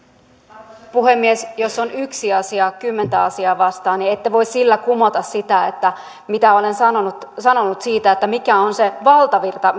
arvoisa puhemies jos on yksi asia kymmentä asiaa vastaan niin ette voi sillä kumota sitä mitä olen sanonut sanonut siitä mikä on se valtavirta